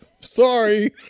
Sorry